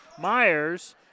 Myers